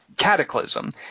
Cataclysm